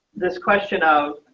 this question of